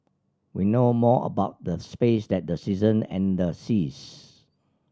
we know more about the space than the season and the seas